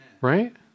Right